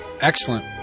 Excellent